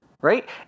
Right